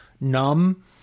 numb